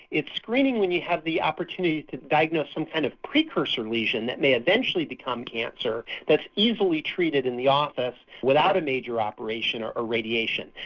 it's screening when you have the opportunity to diagnose some kind of precursor lesion that may eventually become cancer that is easily treated in the office without a major operation or irradiation.